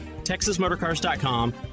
TexasMotorCars.com